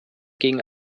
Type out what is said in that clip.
gegen